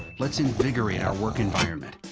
let's invigorate our work environment.